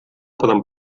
poden